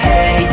Hey